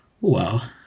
Wow